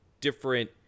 different